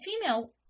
female